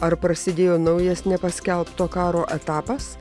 ar prasidėjo naujas nepaskelbto karo etapas